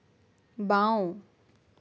বাঁও